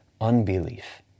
unbelief